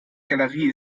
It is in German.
galerie